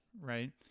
right